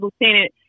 lieutenant